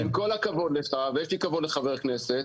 עם כל הכבוד לך, ויש לי כבוד לחברי כנסת,